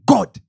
God